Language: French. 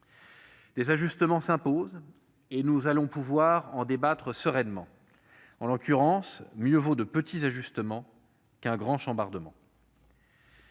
Des ajustements s'imposent, et nous allons pouvoir en débattre sereinement. En l'occurrence, mieux vaut de petits ajustements qu'un grand chambardement.